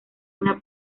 una